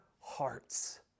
hearts